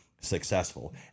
successful